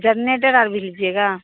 generator और भी लीजिएगा